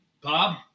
Bob